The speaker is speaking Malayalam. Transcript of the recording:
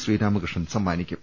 ശ്രീരാമകൃഷ്ണൻ സമ്മാനിക്കും